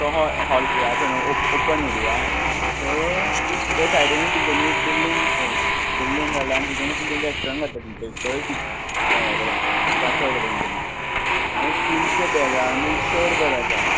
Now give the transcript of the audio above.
हॉ हॉल हें आसा न्हय ओप ओपन एरया सो ते सायडीनूच तेंच्यानी एक बिल्डींग हें बिल्डींग काडल्या आनी तितुनूत तेंच्यानी रॅस्ट्रॉण घातलां तेंचें तें थंय फी हें केलां तेंच्यानी आनी तिंचें बॅग्रावण बी चड बरे आसा